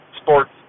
sports